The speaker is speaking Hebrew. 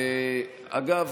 אגב,